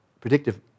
predictive